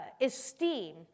esteem